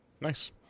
nice